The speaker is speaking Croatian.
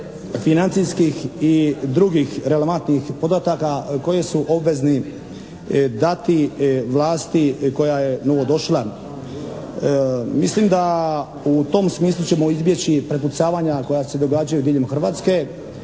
financijskih i drugih relevantnih podataka koje su obvezni dati vlasti koja je novodošla. Mislim da u tom smislu ćemo izbjeći prepucavanja koja se događaju diljem Hrvatske